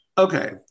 okay